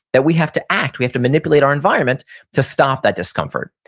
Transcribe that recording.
that we have to act, we have to manipulate our environment to stop that discomfort.